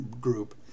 group